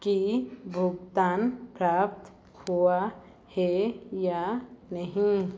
कि भुगतान प्राप्त हुआ है या नहीं